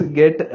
get